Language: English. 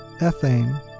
ethane